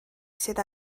sydd